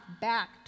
back